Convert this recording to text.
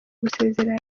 gusezerera